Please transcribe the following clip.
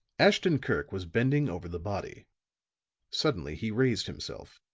ashton-kirk was bending over the body suddenly he raised himself.